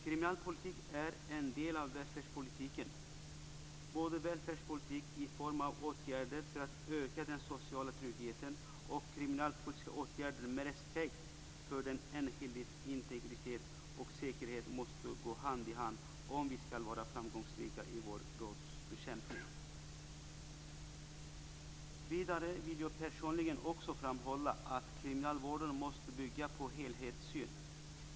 Kriminalpolitik är en del av välfärdspolitiken. Välfärdspolitik i form av åtgärder för att öka den sociala tryggheten och kriminalpolitiska åtgärder med respekt för den enskildes integritet och säkerhet måste gå hand i hand om vi skall vara framgångsrika i vår brottsbekämpning. Vidare vill jag personligen också framhålla att kriminalvården måste bygga på en helhetssyn.